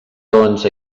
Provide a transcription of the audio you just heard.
doncs